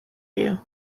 you